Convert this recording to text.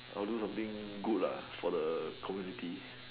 I would do something good lah for the community